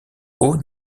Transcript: haut